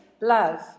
love